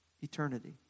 eternity